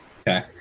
Okay